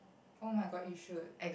oh-my-god you should